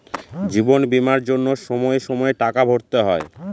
জীবন বীমার জন্য সময়ে সময়ে টাকা ভরতে হয়